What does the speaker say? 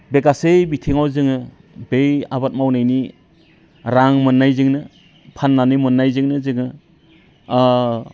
बे गासै बिथिङाव जोङो बै आबाद मावनायनि रां मोननायजोंनो फाननानै मोननायजोंनो जोङो